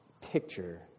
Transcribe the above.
picture